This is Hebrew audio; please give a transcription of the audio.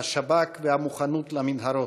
השב"כ והמוכנות למנהרות,